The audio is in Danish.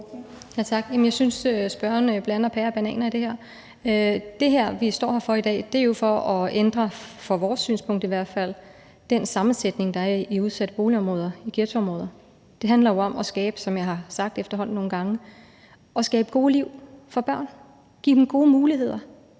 Jamen jeg synes, at spørgeren blander pærer og bananer i forhold til det her. Det, vi står her for i dag, handler jo, ud fra vores synspunkt i hvert fald, om at ændre den sammensætning, der er i udsatte boligområder, i ghettoområder. Det handler jo om, som jeg efterhånden har sagt nogle gange, at skabe gode liv for børn og give dem gode muligheder